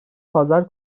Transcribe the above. pazar